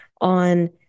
on